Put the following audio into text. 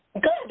Good